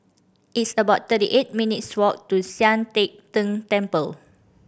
it's about thirty eight minutes' walk to Sian Teck Tng Temple